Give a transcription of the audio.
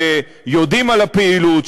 שיודעים על הפעילות,